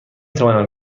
توانم